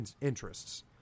interests